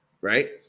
right